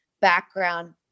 background